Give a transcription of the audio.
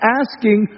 asking